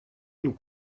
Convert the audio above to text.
nous